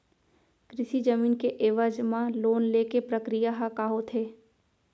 कृषि जमीन के एवज म लोन ले के प्रक्रिया ह का होथे?